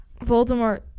Voldemort